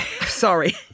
Sorry